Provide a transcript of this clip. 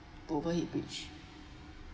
overhead bridge